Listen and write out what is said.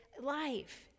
life